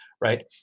right